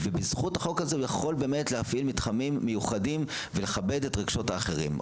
בזכות החוק הזה הוא יכול להפעיל מתחמים מיוחדים ולכבד את רגשות האחרים.